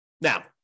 Now